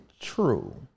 true